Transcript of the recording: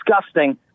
disgusting